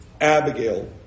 Abigail